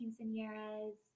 quinceañeras